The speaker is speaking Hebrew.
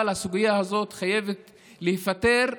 אבל הסוגיה הזאת חייבת להיפתר,